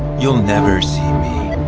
you'll never see me.